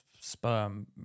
Sperm